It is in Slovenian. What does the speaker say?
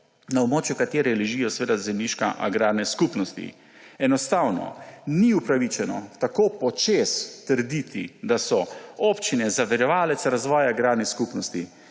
na območju katere ležijo zemljišča agrarne skupnosti. Enostavno ni upravičeno tako počez trditi, da so občine zaviralec razvoja agrarnih skupnosti.